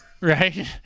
Right